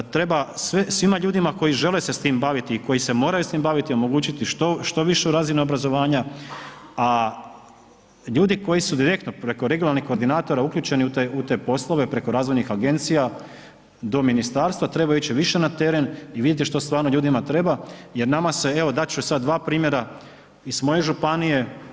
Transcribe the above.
Treba svima ljudima koji žele se s tim baviti i koji se moraju s tim baviti omogućiti što višu razinu obrazovanja, a ljudi koji su direktno preko regionalnih koordinatora uključeni u te poslove preko razvojnih agencija do ministarstva trebaju ići više na teren i vidjeti što stvarno ljudima treba, jer nama se, evo dat ću i sad dva primjera iz moje županije.